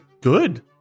Good